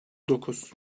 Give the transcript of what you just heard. dokuz